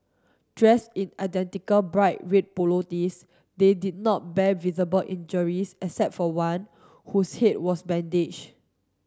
dressed in identical bright red polo tees they did not bear visible injuries except for one whose head was bandaged